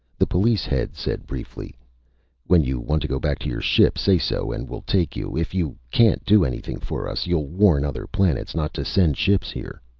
the police head said briefly when you want to go back to your ship, say so and we'll take you. if you can't do anything for us, you'll warn other planets not to send ships here.